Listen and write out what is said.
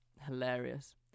Hilarious